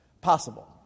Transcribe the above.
Possible